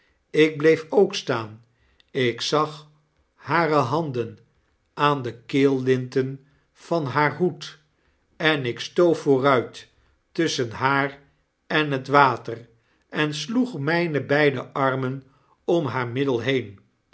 ik bleef ook staan ik zag hare handen aan de keellinten van haar hoed en ik stoof vooruit tusschen haar en het water en sloeg myne beide armen om haar middel heen